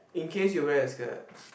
in case you wear a skirt